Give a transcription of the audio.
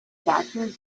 doctor